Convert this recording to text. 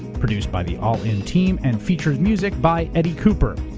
produced by the all in team and features music by eddie cooper.